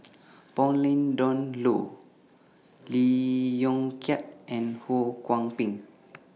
Pauline Dawn Loh Lee Yong Kiat and Ho Kwon Ping